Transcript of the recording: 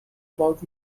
about